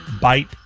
bite